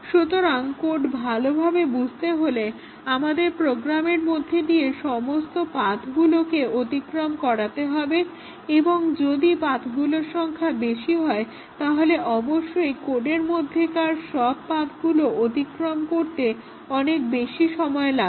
সুতরাং কোড ভালোভাবে বুঝতে হলে আমাদের প্রোগ্রামের মধ্যে দিয়ে সমস্ত পাথ্গুলো অতিক্রম করতে হবে এবং যদি পাথগুলোর সংখ্যা বেশি হয় তাহলে অবশ্যই কোডের মধ্যেকার সব পাথ্গুলো অতিক্রম করতে অনেক সময় লাগবে